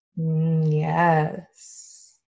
Yes